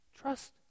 Trust